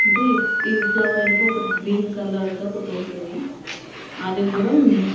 అంటే ఈ ఈ ఫ్లవరెందుకో ఒకటి గ్రీన్ కలర్గా ఒకటుంటుంది అది కూడా